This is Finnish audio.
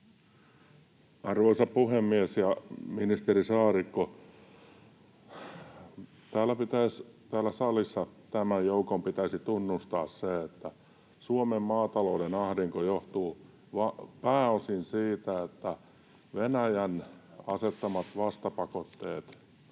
Arvoisa puhemies! Ministeri Saarikko, täällä salissa tämän joukon pitäisi tunnustaa se, että Suomen maatalouden ahdinko johtuu pääosin siitä, että Venäjän asettamat vastapakotteet